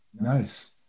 Nice